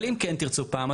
אבל אם כן תרצו פעם,